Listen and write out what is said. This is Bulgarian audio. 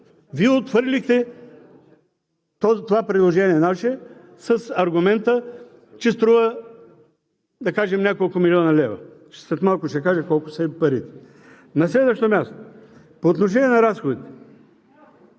Вие отхвърлихте това наше предложение с аргумента, че струва, да кажем няколко милиона лева. След малко ще кажа колко са парите. На следващо място, по отношение на разходите.